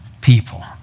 people